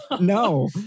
No